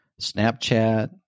Snapchat